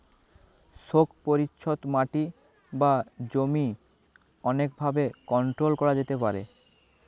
শোক পরিচ্ছদ মাটি বা জমি অনেক ভাবে কন্ট্রোল করা যেতে পারে